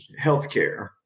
healthcare